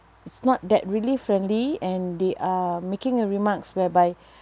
it's not that really friendly and they are making a remarks whereby